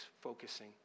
focusing